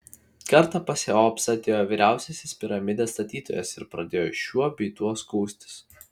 kartą pas cheopsą atėjo vyriausiasis piramidės statytojas ir pradėjo šiuo bei tuo skųstis